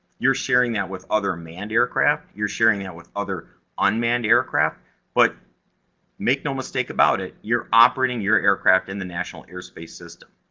you're sharing that with other manned aircraft, you're sharing it with other unmanned aircraft but make no mistake about it, you're operating your aircraft in the national airspace system.